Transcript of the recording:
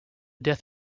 death